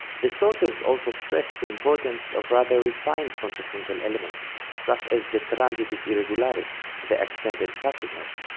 the sources also stress the importance of rather refined contrapuntal elements such as the transitus irregularis the accented passing note.